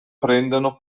prendono